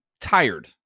tired